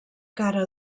cara